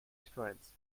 difference